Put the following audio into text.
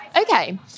Okay